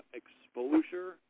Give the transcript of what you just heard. exposure